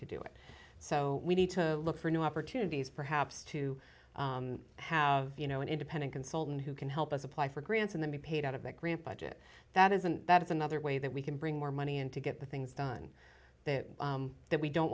to do it so we need to look for new opportunities perhaps to have you know an independent consultant who can help us apply for grants and then be paid out of that grant budget that isn't that is another way that we can bring more money in to get the things done that